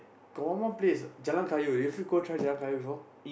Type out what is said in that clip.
got one more place Jalan Kayu you free go try Jalan Kayu before